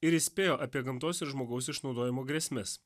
ir įspėjo apie gamtos ir žmogaus išnaudojimo grėsmes